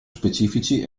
specifici